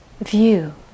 view